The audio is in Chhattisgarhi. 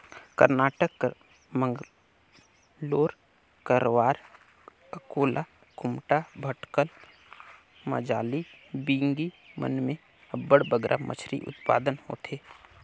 करनाटक कर मंगलोर, करवार, अकोला, कुमटा, भटकल, मजाली, बिंगी मन में अब्बड़ बगरा मछरी उत्पादन होथे